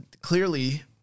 Clearly